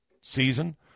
season